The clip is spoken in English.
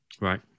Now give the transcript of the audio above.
Right